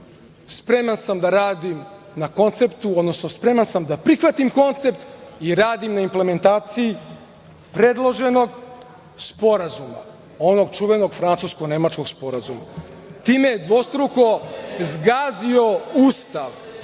spreman sam da radim na konceptu, odnosno spreman sam da prihvatim koncept i radim na implementaciji predloženog sporazuma, onog čuvenog francusko-nemačkog sporazuma. Time je dvostruko zgazio Ustav.